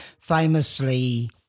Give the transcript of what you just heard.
famously